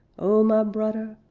oh my brudder,